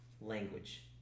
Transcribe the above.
Language